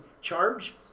charge